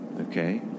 okay